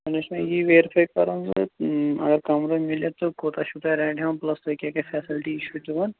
وۅنۍ اوس مےٚ یی ویریفَے کَرُن وۅنۍ اگر کَمرٕ میلہِ تہٕ کوتاہ چھُو تُہی رینٛٹ ہیٚوان پٕلَس تُہی کیٛاہ کیٛاہ فیسَلٹی چھُو دِوان